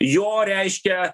jo reiškia